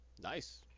Nice